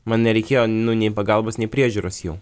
man nereikėjo nu nei pagalbos nei priežiūros jau